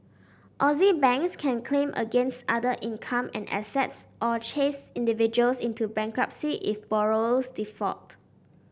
Aussie banks can claim against other income and assets or chase individuals into bankruptcy if borrowers default